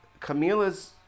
Camila's